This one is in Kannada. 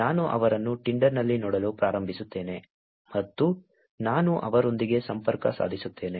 ನಾನು ಅವರನ್ನು ಟಿಂಡರ್ನಲ್ಲಿ ನೋಡಲು ಪ್ರಾರಂಭಿಸುತ್ತೇನೆ ಮತ್ತು ನಾನು ಅವರೊಂದಿಗೆ ಸಂಪರ್ಕ ಸಾಧಿಸುತ್ತೇನೆ